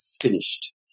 finished